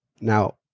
now